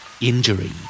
injury